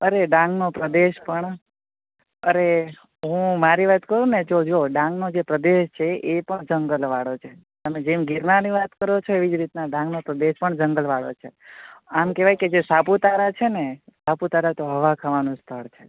અરે ડાંગનો પ્રદેશ પણ અરે હું મારી વાત કરુંને તો જો ડાંગનો જે પ્રદેશ છે એ પણ જંગલવાળો છે જેમ ગિરનારની વાત કરો છો એવી જ રીતે ડાંગનો પ્રદેશ પણ જંગલવાળો છે આમ કેવાય કે જે સાપુતારા છે ને સાપુતારા તો હવા ખાવાનું સ્થળ છે